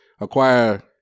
acquire